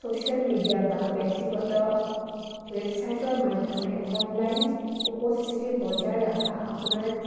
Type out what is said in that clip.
social media বা ব্যক্তিগত ৱেবছাইটৰ মাধ্যমে অনলাইন উপস্থিতি বজাই ৰাখা আপোনাৰ